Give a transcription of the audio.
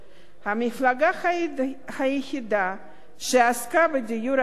המפלגה היחידה שעסקה בדיור הציבורי,